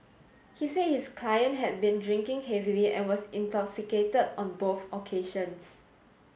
he said his client had been drinking heavily and was intoxicated on both occasions